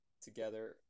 together